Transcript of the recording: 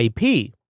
IP